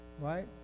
Right